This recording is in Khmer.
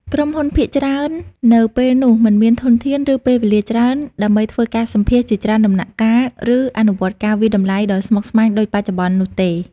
ក្រុមហ៊ុនភាគច្រើននៅពេលនោះមិនមានធនធាន ឬពេលវេលាច្រើនដើម្បីធ្វើការសម្ភាសន៍ជាច្រើនដំណាក់កាល ឬអនុវត្តការវាយតម្លៃដ៏ស្មុគស្មាញដូចបច្ចុប្បន្ននោះទេ។